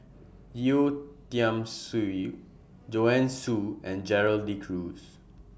Yeo Tiam Siew Joanne Soo and Gerald De Cruz